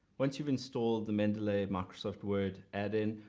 once you've installed the mendeley microsoft word add in,